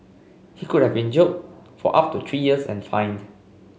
he could have been jailed for up to three years and fined